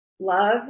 love